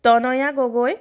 Tanaya Gogoi